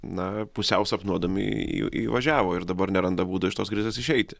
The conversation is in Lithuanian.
na pusiau sapnuodami jų įvažiavo ir dabar neranda būdo iš tos krizės išeiti